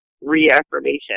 reaffirmation